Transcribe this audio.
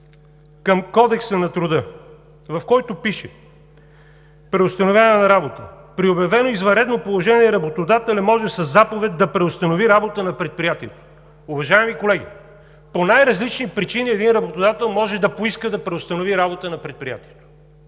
към Кодекса на труда, в който пише: „Преустановяване на работа – при обявено извънредно положение работодателят може със заповед да преустанови работа на предприятието.“ Уважаеми колеги, по най-различни причини един работодател може да поиска да преустанови работата на предприятието,